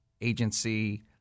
agency